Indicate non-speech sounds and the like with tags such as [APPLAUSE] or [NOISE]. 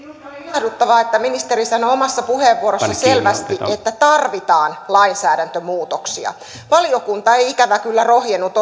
ilahduttavaa että ministeri sanoi omassa puheenvuorossaan selvästi että tarvitaan lainsäädäntömuutoksia valiokunta ei ikävä kyllä rohjennut [UNINTELLIGIBLE]